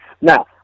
Now